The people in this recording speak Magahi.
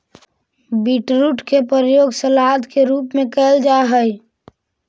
बीटरूट के प्रयोग सलाद के रूप में कैल जा हइ